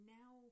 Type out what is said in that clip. now